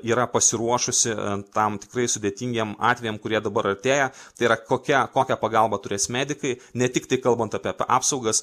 yra pasiruošusi tam tikrai sudėtingiem atvejam kurie dabar artėja tai yra kokia kokią pagalbą turės medikai ne tik tai kalbant apie apsaugas